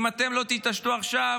אם אתם לא תתעשתו עכשיו,